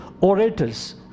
orators